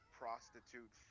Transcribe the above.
prostitute